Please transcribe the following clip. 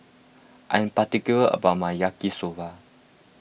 I am particular about my Yaki Soba